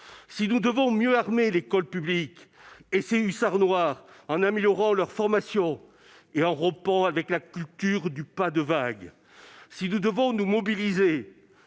Si nous devons mieux armer l'école publique et ses « hussards noirs », en améliorant leur formation ou en rompant avec la culture du « pas de vagues », si nous devons nous mobiliser